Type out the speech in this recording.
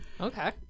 Okay